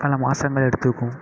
பல மாதங்கள் எடுத்துக்கும்